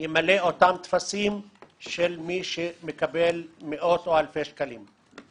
ימלא את אותם טפסים של מי שמקבל מאות או אלפי שקלים.